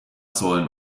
sollen